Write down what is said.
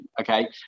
okay